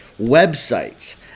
websites